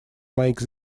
make